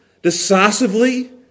decisively